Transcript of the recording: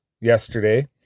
yesterday